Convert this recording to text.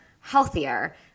healthier